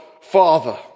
Father